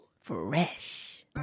Fresh